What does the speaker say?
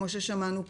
כמו ששמענו קודם,